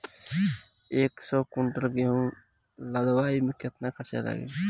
एक सौ कुंटल गेहूं लदवाई में केतना खर्चा लागी?